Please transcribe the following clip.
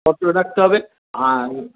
photo রাখতে হবে আর